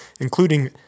Including